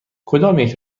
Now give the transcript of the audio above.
کدامیک